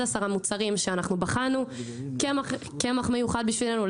המוצרים שאנחנו בחנו קמח מיוחד בשבילנו,